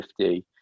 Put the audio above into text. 50